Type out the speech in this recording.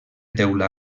teula